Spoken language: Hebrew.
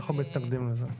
אנחנו מתנגדים לזה.